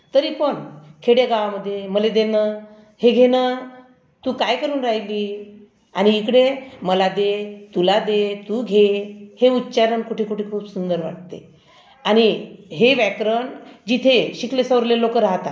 तरी पण खेडेगावामध्ये मले देनं हे घेणं तू काय करून रायली आणि इकडे मला दे तुला दे तू घे हे उच्चारण कुठे कुठे खूब सुंदर वाटते आणि हे व्याकरण जिथे शिकले सवरले लोकं राहतात